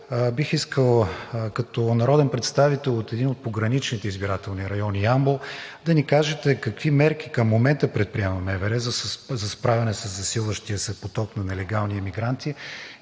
бих искал като народен представител от един от пограничните избирателни райони – Ямбол, да ни кажете: какви мерки към момента предприема МВР за справяне със засилващия се поток на нелегални емигранти